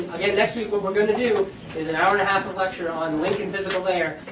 again next week what we're going to do is an hour and a half of lecture on link and physical layer,